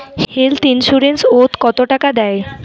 Health insurance ওত কত টাকা দেয়?